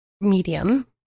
medium